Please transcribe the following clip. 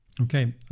Okay